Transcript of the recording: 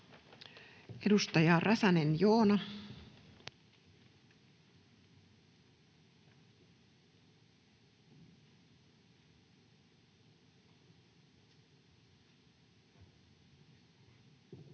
Edustaja Räsänen, Joona.